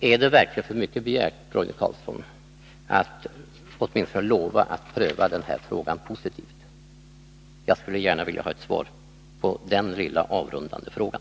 Är det verkligen för mycket begärt, Roine Carlsson, att statsrådet lovar att pröva den här frågan positivt? Jag skulle gärna vilja ha ett svar på den lilla avrundande frågan.